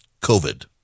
COVID